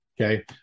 Okay